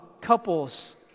couples